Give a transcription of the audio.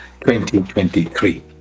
2023